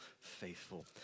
faithful